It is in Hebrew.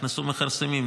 נכנסו מכרסמים,